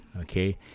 Okay